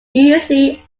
easily